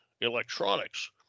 electronics